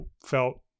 felt